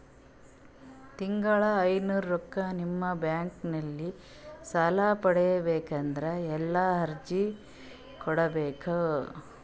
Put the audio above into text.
ತಿಂಗಳ ಐನೂರು ರೊಕ್ಕ ನಿಮ್ಮ ಬ್ಯಾಂಕ್ ಅಲ್ಲಿ ಸಾಲ ಪಡಿಬೇಕಂದರ ಎಲ್ಲ ಅರ್ಜಿ ಕೊಡಬೇಕು?